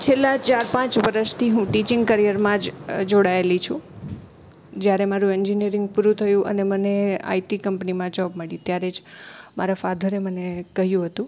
છેલ્લા ચાર પાંચ વરસથી હું ટિચિંગ કરિયરમાં જ જોડાયેલી છું જ્યારે મારું એન્જિનિયરિંગ પૂરું થયું અને મને આઇ ટી કંપનીમાં જૉબ મળી મારા ફાધરે મને કહ્યું હતું